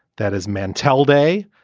that is mantell day.